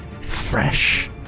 fresh